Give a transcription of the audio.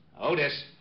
Otis